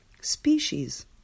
species